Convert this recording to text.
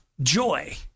joy